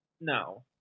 no